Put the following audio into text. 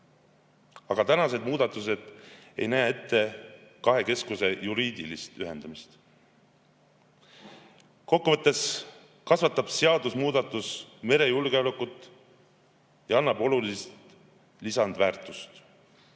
Aga tänased muudatused ei näe ette kahe keskuse juriidilist ühendamist. Kokku võttes kasvatab seadusemuudatus merejulgeolekut ja annab olulist lisandväärtust.